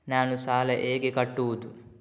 ನಾನು ಸಾಲ ಹೇಗೆ ಕಟ್ಟುವುದು?